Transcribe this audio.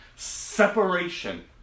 separation